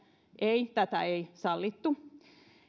ei tätä ei sallittu